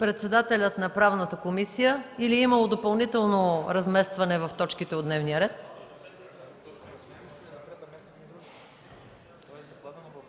Председателят на Правната комисия… Или е имало допълнително разместване в точките от дневния ред?